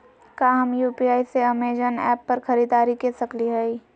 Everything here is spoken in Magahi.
का हम यू.पी.आई से अमेजन ऐप पर खरीदारी के सकली हई?